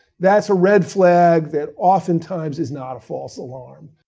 that's a red flag that often times is not a false alarm.